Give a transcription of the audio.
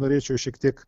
norėčiau šiek tiek